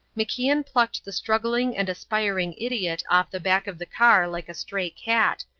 macian plucked the struggling and aspiring idiot off the back of the car like a stray cat,